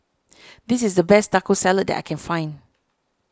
this is the best Taco Salad that I can find